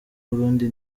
burundi